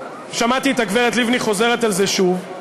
שמעתי את הגברת לבני חוזרת על זה שוב,